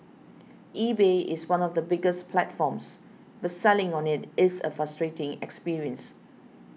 eBay is one of the biggest platforms but selling on it is a frustrating experience